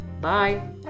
Bye